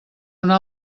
una